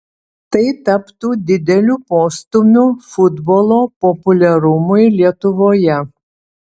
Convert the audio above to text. tai taptų dideliu postūmiu futbolo populiarumui lietuvoje